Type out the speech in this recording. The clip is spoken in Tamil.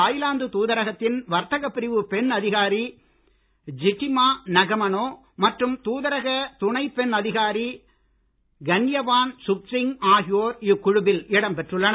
தாய்லாந்து தூதரகத்தின் வர்த்தகப் பிரிவு பெண் அதிகாரி ஜிட்டிமா நகமனோ மற்றும் தூதரக துணை பெண் அதிகாரி கன்யவான் சுப்சிங் இடம் பெற்றுள்ளனர்